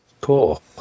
Cool